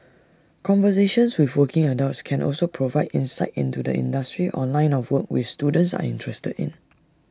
conversations with working adults can also provide insight into the industry or line of work we students are interested in